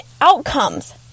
outcomes